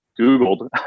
Googled